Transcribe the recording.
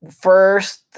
first